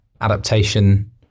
adaptation